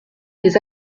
les